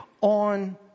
on